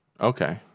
Okay